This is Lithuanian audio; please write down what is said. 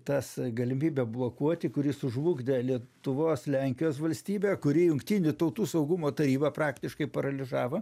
tas galimybė blokuoti kuri sužlugdė lietuvos lenkijos valstybę kuri jungtinių tautų saugumo tarybą praktiškai paralyžavo